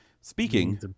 speaking